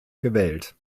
gewählt